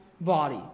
body